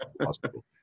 Hospital